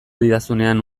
didazunean